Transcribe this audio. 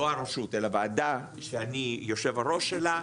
לא הרשות אלא וועדה שאני יושב הראש שלה,